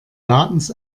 ladens